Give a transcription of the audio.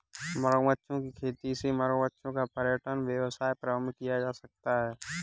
मगरमच्छों की खेती से मगरमच्छों का पर्यटन व्यवसाय प्रारंभ किया जा सकता है